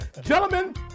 Gentlemen